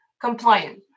compliant